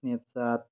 snapchat